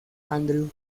andreu